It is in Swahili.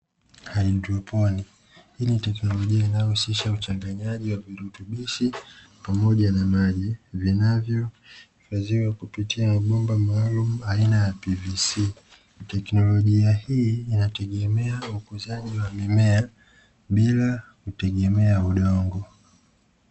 Haidroponi; hii ni teknolojia inayohusisha uchanganyaji wa virutubishi pamoja na maji, vinavyohifadhiwa kupitia bomba maalumu aina ya PPC. Teknolojia hii inategemea ukuzaji wa mimea bila kutegemea udongo.